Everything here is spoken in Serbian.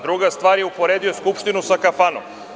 Druga stvar, uporedio je Skupštinu sa kafanom.